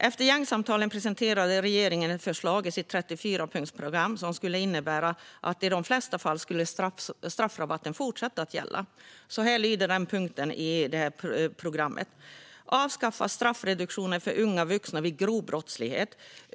Efter gängsamtalen presenterade regeringen ett förslag i sitt 34-punktsprogram som skulle innebära att i de flesta fall skulle straffrabatten fortsätta att gälla. Så här lyder den punkten i programmet: "Avskaffa straffreduktionen för unga vuxna vid grov brottslighet.